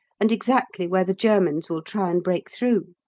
and exactly where the germans will try and break through.